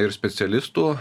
ir specialistų